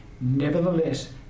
nevertheless